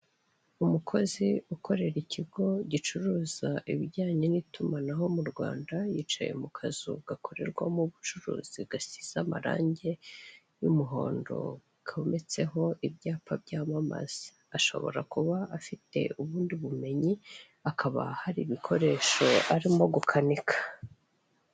Umukozi ukorera ikigo gicuruza ibijyanye n'itumanaho mu Rwanda, yicaye mu kazu gakorerwamo ubucuruzi gasize amarangi y'umuhondo kometse ho ibyapa byamamaza, ashobora kuba afite ubundi bumenyi, akaba hari ibikoresho ariko gukanika.